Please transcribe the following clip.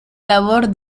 labor